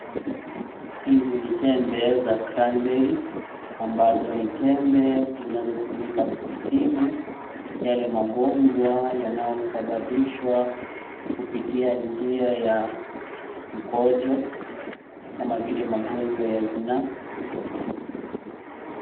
Hizi ni tembe za (CS)cranberry(CS) ambazo ni tembe, zinazotumika kutibu yale magonjwa yanao sababishwa kupitia njia ya mkojo, kama vili magonjwa ya zina...